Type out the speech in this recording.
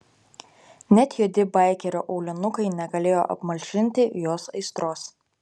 net juodi baikerio aulinukai negalėjo apmalšinti jos aistros